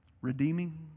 redeeming